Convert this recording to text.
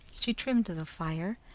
she trimmed the fire,